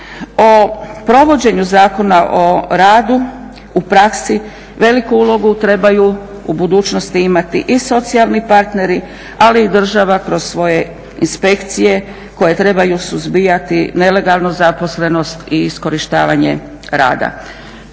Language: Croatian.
O provođenju Zakona o radu u praksi veliku ulogu trebaju u budućnosti imati i socijalni partneri, ali i država kroz svoje inspekcije koje trebaju suzbijati nelegalnu zaposlenost i iskorištavanje rada.